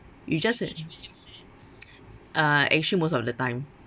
you just have uh actually most of the time